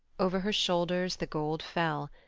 over her shoulders the gold fell,